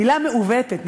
מילה מעוותת,